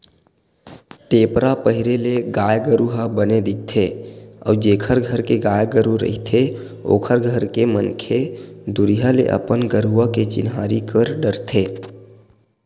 टेपरा पहिरे ले गाय गरु ह बने दिखथे अउ जेखर घर के गाय गरु रहिथे ओखर घर के मनखे दुरिहा ले अपन गरुवा के चिन्हारी कर डरथे